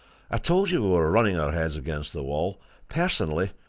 i told you we were running our heads against the wall personally,